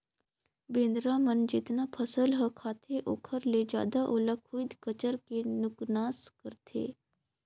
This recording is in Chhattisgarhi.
बेंदरा मन जेतना फसल ह खाते ओखर ले जादा ओला खुईद कचर के नुकनास करथे